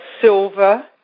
silver